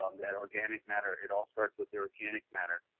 um that organic matter. it all starts with therapeutic matter.